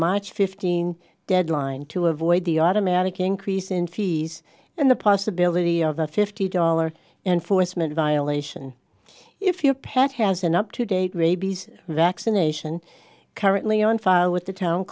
march fifteenth deadline to avoid the automatic increase in fees and the possibility of the fifty dollars and forstmann violation if your pet has an up to date rabies vaccination currently on file with the town